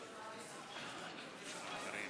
נדחתה.